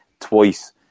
twice